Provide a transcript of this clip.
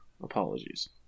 Apologies